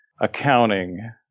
accounting